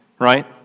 right